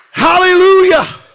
Hallelujah